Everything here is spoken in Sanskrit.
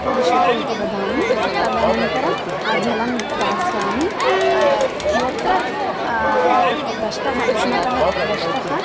उपविशतु इति वदामि तदनन्तरं जलं दास्यामि यत्र तत् दष्टः शुनकः दष्टः